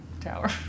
tower